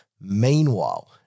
Meanwhile